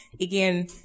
again